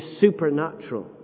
supernatural